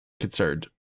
concerned